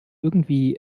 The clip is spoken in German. irgendwie